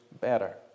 better